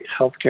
healthcare